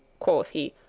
quoth he,